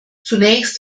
zunächst